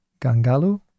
Gangalu